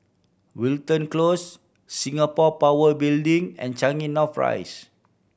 Wilton Close Singapore Power Building and Changi North Rise